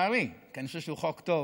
לצערי, כי אני חושב שהוא חוק טוב,